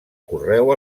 correu